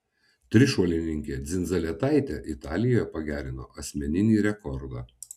trišuolininkė dzindzaletaitė italijoje pagerino asmeninį rekordą